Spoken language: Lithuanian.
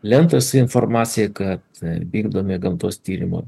lentą su informacija kad vykdomi gamtos tyrimo